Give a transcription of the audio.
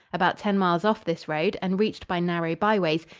about ten miles off this road, and reached by narrow byways,